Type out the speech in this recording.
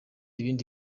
ibindi